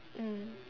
mm